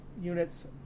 units